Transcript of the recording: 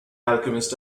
alchemist